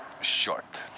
short